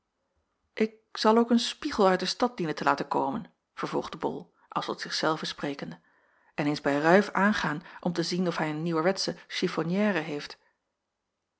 ik zal ook een spiegel uit de stad dienen te laten komen vervolgde bol als tot zich zelven sprekende en eens bij ruif aangaan om te zien of hij een nieuwerwetsche chiffonnière heeft